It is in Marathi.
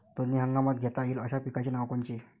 दोनी हंगामात घेता येईन अशा पिकाइची नावं कोनची?